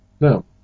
Now